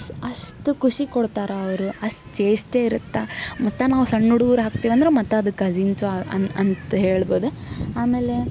ಅಷ್ಟು ಖುಷಿ ಕೊಡ್ತಾರೆ ಅವರು ಅಷ್ಟು ಚೇಷ್ಟೆ ಇರುತ್ತಾ ಮತ್ತು ನಾವು ಸಣ್ಣ ಹುಡುಗರು ಆಗ್ತೀವಂದ್ರೆ ಮತ್ತು ಅದು ಕಝಿನ್ಸು ಅಂತ ಹೇಳ್ಬೋದು ಆಮೇಲೆ